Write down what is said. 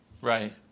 Right